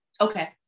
okay